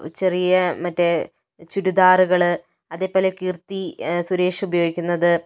ചെറിയ മറ്റേ ചുരിദാറുകള് അതേപോലെ കീര്ത്തി സുരേഷ് ഉപയോഗിക്കുന്നത്